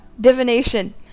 Divination